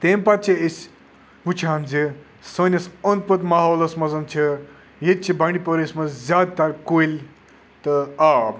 تَمہِ پَتہٕ چھِ أسۍ وٕچھان زِ سٲنِس اوٚنٛد پوٚت ماحولَس منٛز چھِ ییٚتہِ چھِ بنٛڈِپوٗرِس منٛز زیادٕ تَر کُلۍ تہٕ آب